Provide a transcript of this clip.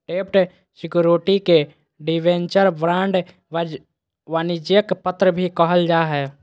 डेब्ट सिक्योरिटी के debenture, bond, वाणिज्यिक पत्र भी कहल जा हय